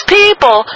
people